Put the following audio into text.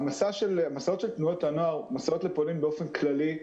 המסעות של תנועות הנוער והמסעות לפולין באופן כללי,